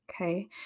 Okay